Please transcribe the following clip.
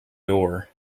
door